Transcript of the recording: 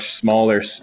smaller